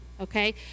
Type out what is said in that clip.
okay